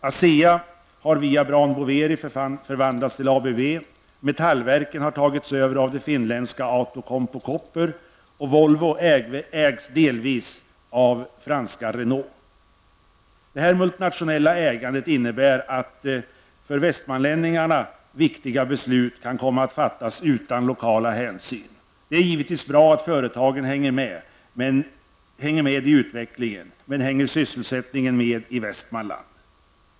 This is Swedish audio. ASEA har via Braun Boveri förvandlats till -- Metallverken har tagits över av det finländska Detta multinatioenlla ägande innebär att för västmanlänningarna viktiga beslut kan komma att fattas utan lokala hänsyn. Det är givetvis bra att företagen hänger med i utvecklingen, men hänger sysselsättningen med i Västmanland?